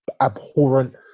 abhorrent